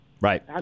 right